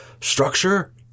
structure